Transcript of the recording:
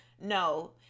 No